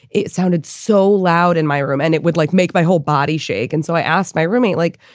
it sounded so loud in my room and it would like make my whole body shake. and so i asked my roommate, like,